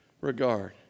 regard